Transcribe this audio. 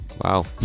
Wow